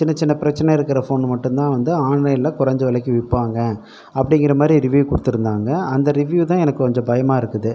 சின்னச்சின்ன பிரச்சனை இருக்கிற ஃபோன் மட்டும் தான் வந்து ஆன்லைனில் கொறைஞ்ச விலைக்கு விற்பாங்க அப்படிங்கிற மாதிரி ரிவ்யூ கொடுத்துருந்தாங்க அந்த ரிவ்யூ தான் எனக்கு கொஞ்சம் பயமாக இருக்குது